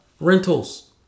rentals